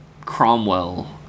Cromwell